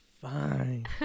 fine